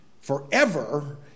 forever